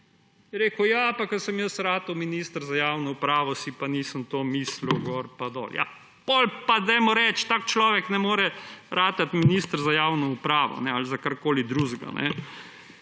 rekel, ja, ko sem jaz postal minister za javno upravo, si pa nisem tega mislil, gor pa dol. Ja potem pa dajmo reči, da tak človek ne more postati minister za javno upravo ali za karkoli drugega,